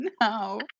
no